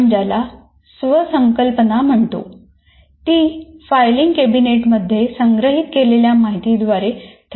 आपण ज्याला स्व संकल्पना म्हणतो ती फायलिंग कॅबिनेटमध्ये संग्रहित केलेल्या माहिती द्वारे ठरविले जाते